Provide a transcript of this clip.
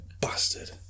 Bastard